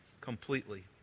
completely